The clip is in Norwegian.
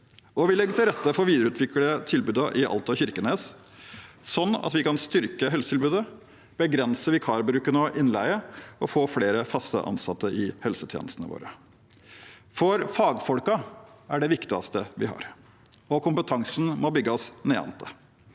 Vi legger også til rette for å videreutvikle tilbudene i Alta og Kirkenes, slik at vi kan styrke helsetilbudet, begrense vikarbruk og innleie og få flere faste ansatte i helsetjenestene våre. Fagfolkene er det viktigste vi har, og kompetansen må bygges nedenfra.